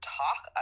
talk